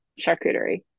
Charcuterie